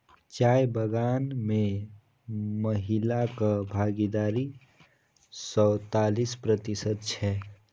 चाय बगान मे महिलाक भागीदारी सैंतालिस प्रतिशत छै